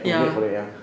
ya